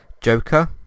Joker